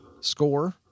score